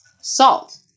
salt